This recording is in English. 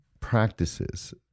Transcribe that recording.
practices